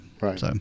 Right